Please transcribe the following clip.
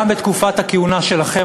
גם בתקופת הכהונה שלכם,